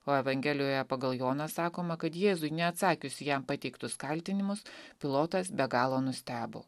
o evangelijoje pagal joną sakoma kad jėzui neatsakius į jam pateiktus kaltinimus pilotas be galo nustebo